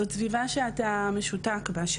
זו סביבה שאת משותקת בה.